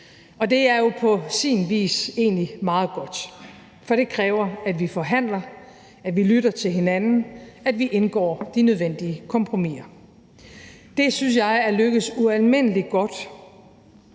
og det er jo på sin vis egentlig meget godt. For det kræver, at vi forhandler, at vi lytter til hinanden, at vi indgår de nødvendige kompromiser. Det synes jeg er lykkedes ualmindelig godt